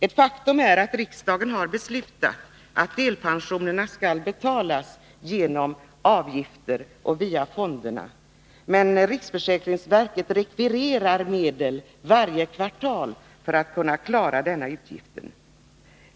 Ett faktum är att riksdagen har beslutat att delpensionerna skall betalas genom avgifter och via fonderna, men riksförsäkringsverket rekvirerar medel varje kvartal för att kunna klara denna utgift.